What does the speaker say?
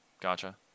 Gotcha